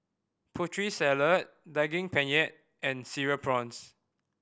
Putri Salad Daging Penyet and Cereal Prawns